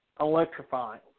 electrifying